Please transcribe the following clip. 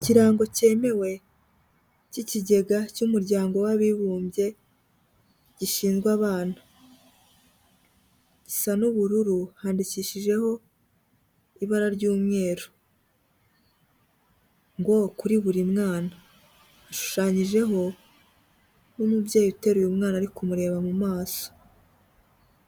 Ikirango cyemewe cy'ikigega cy'umuryango w'Abibumbye, gishinzwe abana. Gisa n'ubururu handikishijeho ibara ry'umweru. Ngo kuri buri mwana. Hashushanyijeho n'umubyeyi uteruye umwana ari kumureba mu maso.